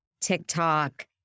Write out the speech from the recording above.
TikTok